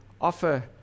offer